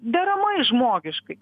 deramai žmogiškai